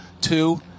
two